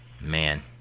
Man